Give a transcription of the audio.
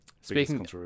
Speaking